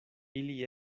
ili